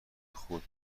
خود